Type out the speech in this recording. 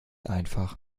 einfach